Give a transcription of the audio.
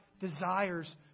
desires